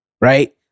right